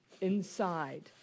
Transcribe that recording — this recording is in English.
inside